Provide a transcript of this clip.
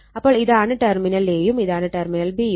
അപ്പോൾ ഇതാണ് terminal A യും ഇതാണ് ടെർമിനൽ B യും